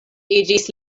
iĝis